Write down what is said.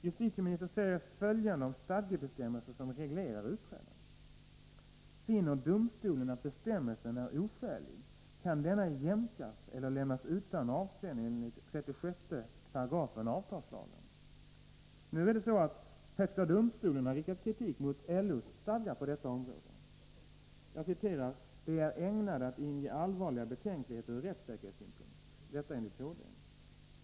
Justitieministern säger följande om stadgebestämmelser som reglerar utträde: ”Finner domstolen att bestämmelsen är oskälig, kan denna jämkas eller lämnas utan avseende enligt 36 § avtalslagen.” Nu är det så att högsta domstolen har riktat kritik mot LO:s stadgar på detta område. ”De är ägnade att inge allvarliga betänkligheter ur rättssäkerhetssynpunkt”, uttalar HD.